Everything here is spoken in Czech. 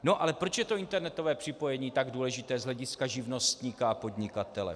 No ale proč je to internetové připojení tak důležité z hlediska živnostníka a podnikatele?